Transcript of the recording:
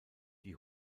die